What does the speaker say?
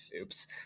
oops